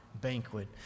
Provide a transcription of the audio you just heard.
banquet